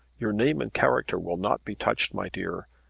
your name and character will not be touched, my dear.